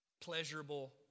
pleasurable